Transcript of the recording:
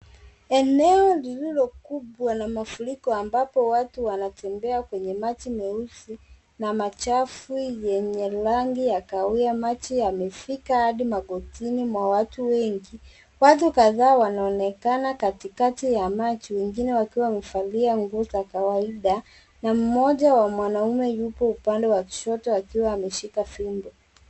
Eneo lililokubwa na mafuriko ambapo watu wanatembea kwenye maji meusi na machafu yenye rangi ya kahawia maji yamefika hadi magotini mwa watu wengi. Watu kadhaa wanaonekana katikati ya maji wengine wakiwa wamevalia nguo za kawaida na mmoja wa mwanaume yupo upande wa kushoto akiwa ameshika fimbo.